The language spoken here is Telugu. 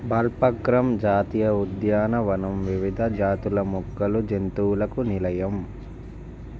బాల్పక్రమ్ జాతీయ ఉద్యానవనం వివిధ జాతుల మొక్కలు జంతువులకు నిలయం